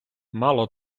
мало